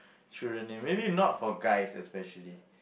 children name maybe not for guys especially